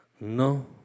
No